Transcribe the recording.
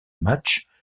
matchs